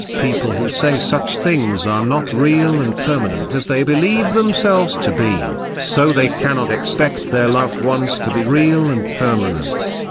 people who say such things are not real and permanent as they believe themselves to be, so they cannot expect their loved ones to be real and permanent.